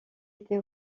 était